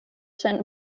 sent